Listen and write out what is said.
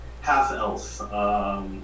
half-elf